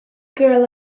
girl